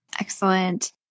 Excellent